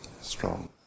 strong